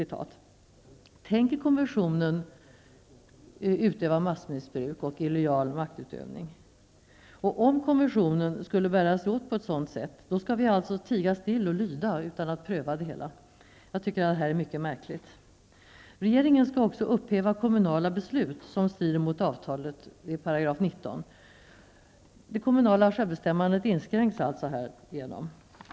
Tänker EG-kommissionen utöva maktmissbruk och illojal maktutövning? Om kommissionen skulle bära sig åt på ett sådant sätt, skall vi alltså tiga still och lyda utan att pröva det hela. Jag tycker att detta är mycket märkligt. Regeringen skall också upphäva sådana kommunala beslut som strider mot avtalet . Härigenom inskränks alltså det kommunala självbestämmandet.